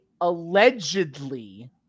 allegedly